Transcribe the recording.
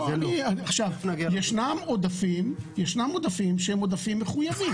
יש עודפים שהם עודפים מחויבים.